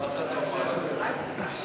שאלה טובה.